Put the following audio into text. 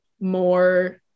more